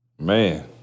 Man